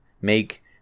Make